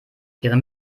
ihre